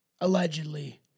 Allegedly